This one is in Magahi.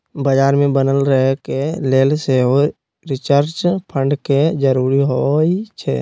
बजार में बनल रहे के लेल सेहो रिसर्च फंड के जरूरी होइ छै